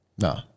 no